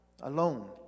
alone